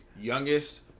Youngest